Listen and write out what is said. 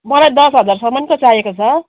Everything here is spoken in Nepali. मलाई दस हजारसम्मको चाहिएको छ